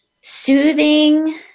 soothing